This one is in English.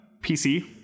PC